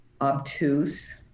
obtuse